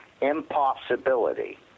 impossibility